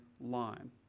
line